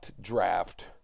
draft